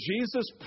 Jesus